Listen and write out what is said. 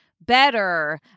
better